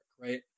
right